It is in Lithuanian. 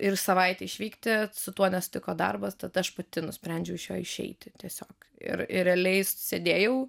ir savaitei išvykti su tuo nesutiko darbas tada aš pati nusprendžiau iš jo išeiti tiesiog ir ir realiai sėdėjau